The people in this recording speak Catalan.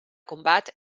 combat